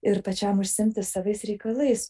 ir pačiam užsiimti savais reikalais